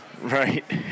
Right